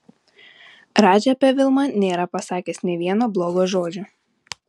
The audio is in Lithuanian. radži apie vilmą nėra pasakęs nė vieno blogo žodžio